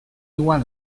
one